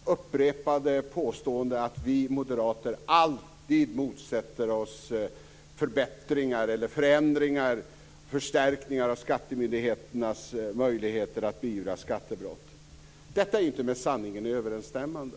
Herr talman! Det är nästan lite smågulligt med Per Rosengrens upprepade påståenden om att vi moderater alltid motsätter oss förbättringar, förändringar eller förstärkningar av skattemyndigheternas möjligheter att beivra skattebrott. Detta är inte med sanningen överensstämmande.